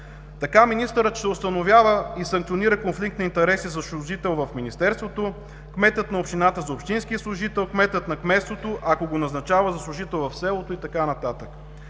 Така министърът ще установява и санкционира конфликт на интереси за служител в министерството, кметът на общината – за общинския служител, кметът на кметството, ако го назначава за служител в селото и така